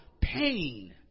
pain